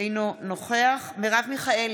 אורי מקלב, אינו נוכח יעקב מרגי,